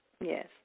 Yes